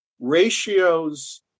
ratios